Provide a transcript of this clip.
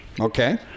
Okay